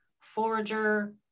Forager